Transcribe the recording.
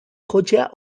jotzea